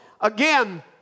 again